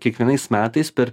kiekvienais metais per